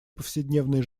повседневной